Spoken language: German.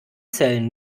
zählen